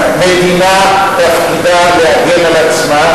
מדינה, תפקידה להגן על עצמה,